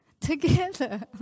together